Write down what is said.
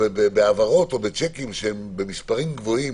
בהעברות או בשיקים שהם בסכומים גבוהים,